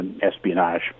espionage